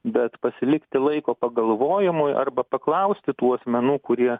bet pasilikti laiko pagalvojimui arba paklausti tų asmenų kurie